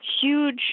Huge